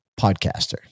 podcaster